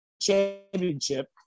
championship